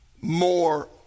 more